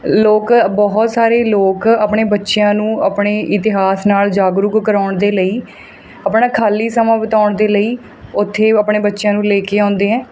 ਲੋਕ ਬਹੁਤ ਸਾਰੇ ਲੋਕ ਆਪਣੇ ਬੱਚਿਆਂ ਨੂੰ ਆਪਣੇ ਇਤਿਹਾਸ ਨਾਲ਼ ਜਾਗਰੂਕ ਕਰਾਉਣ ਦੇ ਲਈ ਆਪਣਾ ਖਾਲੀ ਸਮਾਂ ਬਿਤਾਉਣ ਦੇ ਲਈ ਉੱਥੇ ਆਪਣੇ ਬੱਚਿਆਂ ਨੂੰ ਲੈ ਕੇ ਆਉਂਦੇ ਐਂ